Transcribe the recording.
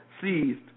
seized